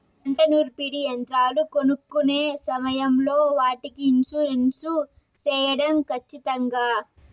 పంట నూర్పిడి యంత్రాలు కొనుక్కొనే సమయం లో వాటికి ఇన్సూరెన్సు సేయడం ఖచ్చితంగా?